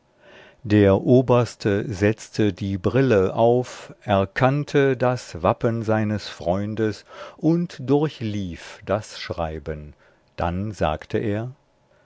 der oberste setzte die brille auf erkannte das wappen seines freundes und durchlief das schreiben dann sagte er